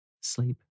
sleep